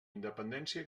independència